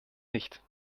nicht